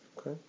Okay